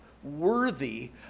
worthy